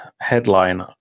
headline